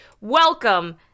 welcome